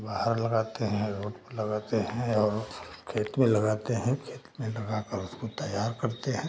बाहर लगाते हैं रोड पर लगाते हैं और खेत में लगाते हैं खेत में लगा कर वह तैयार करते हैं